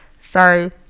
sorry